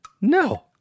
No